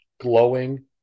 glowing